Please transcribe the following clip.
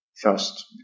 first